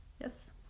Yes